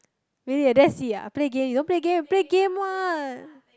really that's it ah you don't play game play game lah